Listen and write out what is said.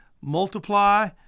multiply